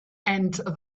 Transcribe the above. and